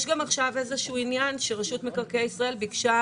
יש גם עכשיו איזשהו עניין שרשות מקרקעי ישראל ביקשה